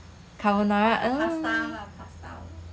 suan is more suited to 帮我们煮那个